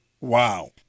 Wow